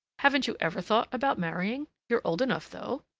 haven't you ever thought about marrying? you're old enough, though!